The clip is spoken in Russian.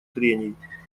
трений